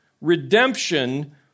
redemption